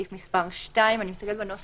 סעיף מס' 2 אני מסתכלת על הנוסח